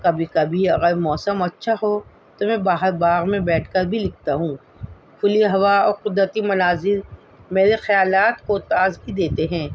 کبھی کبھی اگر موسم اچھا ہو تو میں باہر باغ میں بیٹھ کر بھی لکھتا ہوں کھلی ہوا اور قدرتی مناظر میرے خیالات کو تازگی دیتے ہیں